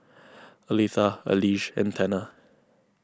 Alethea Elige and Tanner